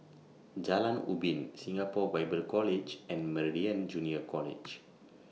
Jalan Ubin Singapore Bible College and Meridian Junior College